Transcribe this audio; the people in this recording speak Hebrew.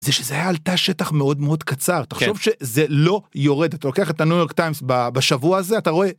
זה שזה היה על שטח מאוד מאוד קצר. תחשוב שזה לא יורד. אתה לוקח את הנוי יורק טיימס בשבוע הזה אתה רואה...